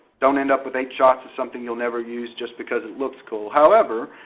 don't end up with eight shots of something you'll never used just because it looks cool. however,